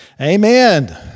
amen